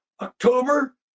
October